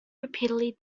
repeatedly